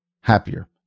happier